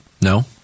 No